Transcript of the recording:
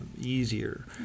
easier